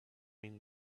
mean